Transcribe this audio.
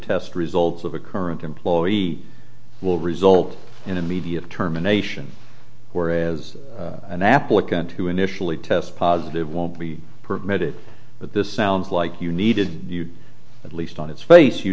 test results of a current employee will result in immediate determination whereas an applicant who initially test positive won't be permitted but this sounds like you needed at least on its face you